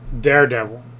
Daredevil